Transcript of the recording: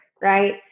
right